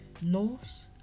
Norse